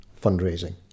fundraising